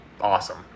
awesome